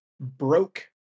broke